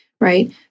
right